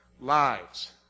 Lives